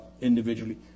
individually